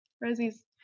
Rosie's